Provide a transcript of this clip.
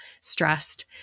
stressed